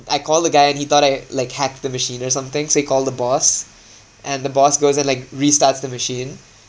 I call the guy and he thought I like hacked the machine or something so he call the boss and the boss goes there like restarts the machine